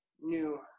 new